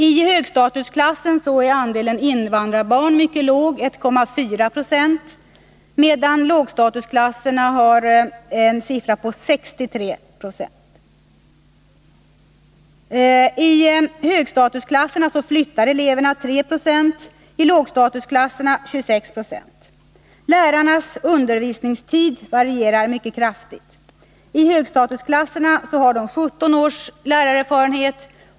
I högstatusklasser är andelen invandrarbarn mycket låg, 1,4 70, medan andelen invandraärbarn i lågstatusklasser är 63 26. I högstatusklasserna flyttar 3 Ze av eleverna. I lågstatusklasserna flyttar 26 90. Lärarnas undervisningstid varierar mycket kraftigt. I högstatusklasserna har lärarna i medeltal 17 års lärarerfarenhet.